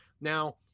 Now